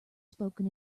spoken